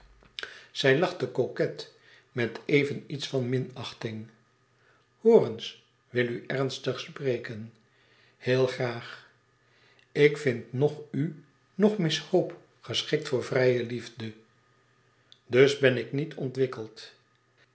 zij lachte coquet met even iets van minachting oor eens wil u ernstig spreken heel graag ik vind noch u noch miss hope geschikt voor vrije liefde dus ben ik niet ontwikkeld